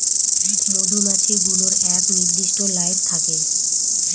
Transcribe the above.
মধুমাছি গুলোর এক নির্দিষ্ট লাইফ থাকে